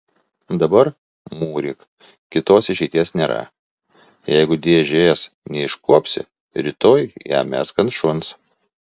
dabar mūryk kitos išeities nėra jeigu dėžės neiškuopsi rytoj ją mesk ant šuns